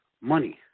money